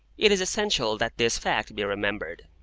it is essential that this fact be remembered.